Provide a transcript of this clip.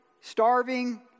starving